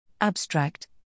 ABSTRACT